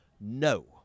No